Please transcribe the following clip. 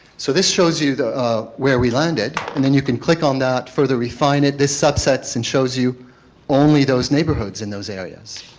so this shows you where we landed and then you can click on that further refine it this subsets and shows you only those neighborhoods in those areas.